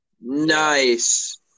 Nice